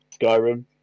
skyrim